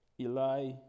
Eli